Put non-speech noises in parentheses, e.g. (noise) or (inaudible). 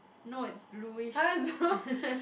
no it's blueish (laughs)